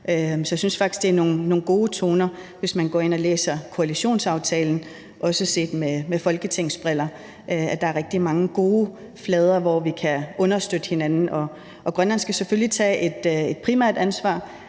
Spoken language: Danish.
Så jeg synes faktisk, at det er nogle gode toner, hvis man går ind og læser koalitionsaftalen, også set med Folketingets briller. Der er rigtig mange gode flader, hvor vi kan understøtte hinanden. Grønland skal selvfølgelig tage et primært ansvar